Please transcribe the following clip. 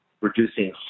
reducing